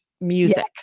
music